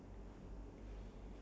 two hours something right